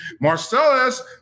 Marcellus